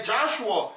Joshua